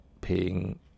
paying